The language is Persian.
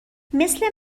مثل